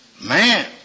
Man